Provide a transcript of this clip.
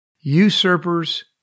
usurpers